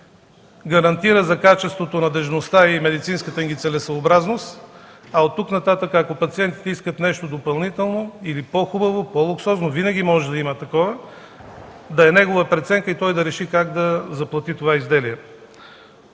гарантира се качеството, надеждността и медицинската им целесъобразност, а оттук нататък, ако пациентите искат нещо допълнително или по-хубаво, по-луксозно, винаги може да има такова, да е негова преценката и той да реши как да заплати това изделие.